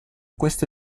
queste